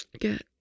get